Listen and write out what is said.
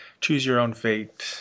choose-your-own-fate